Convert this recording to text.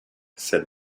said